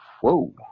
whoa